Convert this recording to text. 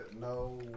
no